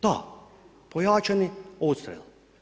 Da, pojačani odstrjel.